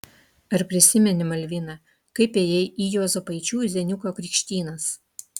ar prisimeni malvina kaip ėjai į juozapaičių zeniuko krikštynas